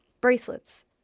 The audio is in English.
Bracelets